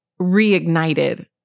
reignited